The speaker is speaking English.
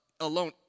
alone